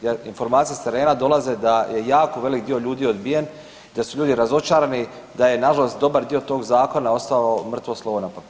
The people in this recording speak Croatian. Jer informacije s terena dolaze da je jako velik dio ljudi odbijen, da su ljudi razočarani, da je nažalost dobar dio tog zakona ostao mrtvo slovo na papiru.